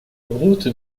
route